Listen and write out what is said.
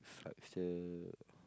structure